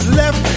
left